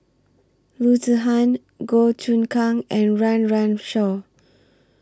Loo Zihan Goh Choon Kang and Run Run Shaw